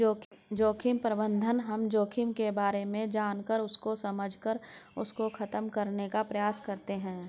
जोखिम प्रबंधन हम जोखिम के बारे में जानकर उसको समझकर उसको खत्म करने का प्रयास करते हैं